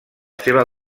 seva